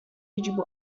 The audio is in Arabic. يجب